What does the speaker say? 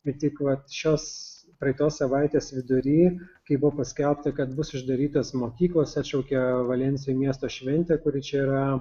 bet tik vat šios praeitos savaitės vidury kai buvo paskelbta kad bus uždarytos mokyklos atšaukė valensijoj miesto šventę kuri čia yra